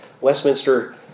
Westminster